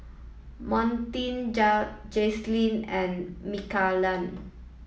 Montie Jacalyn and